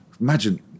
Imagine